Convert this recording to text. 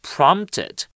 Prompted